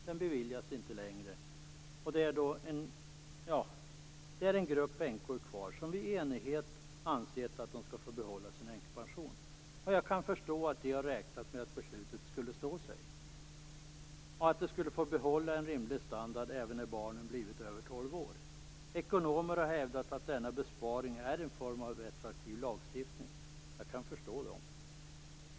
Den beviljas inte längre. Det finns en grupp änkor kvar som vi i enighet har ansett skall få behålla sin änkepension. Jag kan förstå att de har räknat med att beslutet skulle stå sig och att de skulle få behålla en rimlig standard även när barnen blivit över tolv år. Ekonomer har hävdat att denna besparing är en form av retroaktiv lagstiftning. Jag kan förstå dem.